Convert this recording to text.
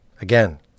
Again